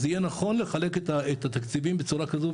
אז יהיה נכון לחלק את התקציבים בצורה כזו,